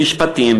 במשפטים,